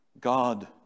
God